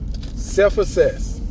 self-assess